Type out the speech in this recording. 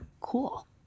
Cool